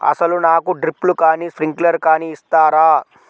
అసలు నాకు డ్రిప్లు కానీ స్ప్రింక్లర్ కానీ ఇస్తారా?